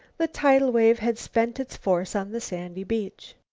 the tidal wave had spent its force on the sandy beach.